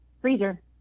freezer